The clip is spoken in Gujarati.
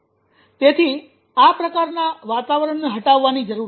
તેથી આ પ્રકારના વાતાવરણને હટાવવાની જરૂર છે